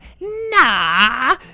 nah